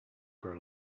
grow